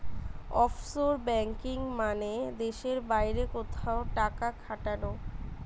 offshore banking মানে দেশের বাইরে কোথাও টাকা খাটানো